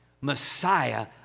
Messiah